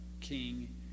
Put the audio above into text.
king